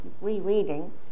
rereading